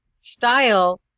style